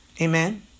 Amen